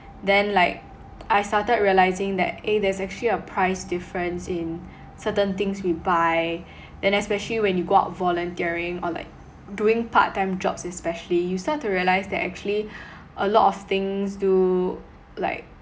then like I started realising that eh there's actually a price difference in certain things we buy and especially when you go out volunteering or like doing part time jobs especially you start to realise that actually a lot of things do like